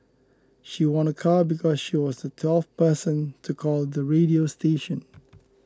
she won a car because she was the twelfth person to call the radio station